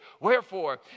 Wherefore